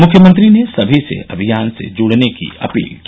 मुख्यमंत्री ने सभी से अभियान से जुड़ने की अपील की